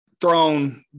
thrown